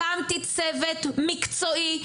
אני הקמת צוות מקצועי,